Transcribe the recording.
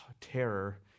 terror